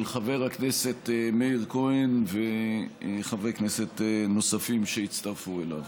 של חבר הכנסת מאיר כהן וחברי כנסת נוספים שהצטרפו אליו.